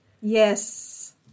Yes